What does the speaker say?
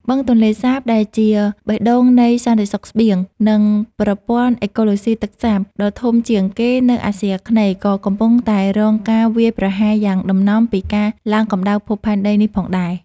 បឹងទន្លេសាបដែលជាបេះដូងនៃសន្តិសុខស្បៀង និងប្រព័ន្ធអេកូឡូស៊ីទឹកសាបដ៏ធំជាងគេនៅអាស៊ីអាគ្នេយ៍ ក៏កំពុងតែរងការវាយប្រហារយ៉ាងដំណំពីការឡើងកម្ដៅភពផែនដីនេះផងដែរ។